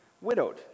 widowed